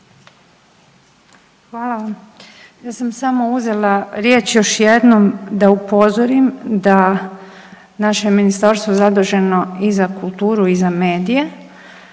Hvala vam. Ja sam samo uzela riječ još jednom da upozorim da je naše Ministarstvo zaduženo i za kulturu i za medije